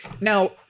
now